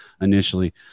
Initially